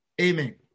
Amen